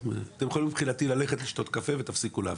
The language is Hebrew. ואתם יכולים מבחינתי ללכת לשתות קפה ולהפסיק לעבוד.